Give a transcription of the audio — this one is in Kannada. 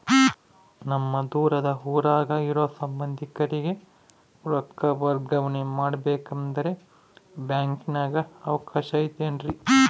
ನಮ್ಮ ದೂರದ ಊರಾಗ ಇರೋ ಸಂಬಂಧಿಕರಿಗೆ ರೊಕ್ಕ ವರ್ಗಾವಣೆ ಮಾಡಬೇಕೆಂದರೆ ಬ್ಯಾಂಕಿನಾಗೆ ಅವಕಾಶ ಐತೇನ್ರಿ?